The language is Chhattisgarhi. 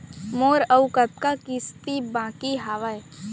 मोर अऊ कतका किसती बाकी हवय?